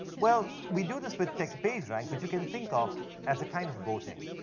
well, we do this with tech pagerank, which you can think of as a kind of voting.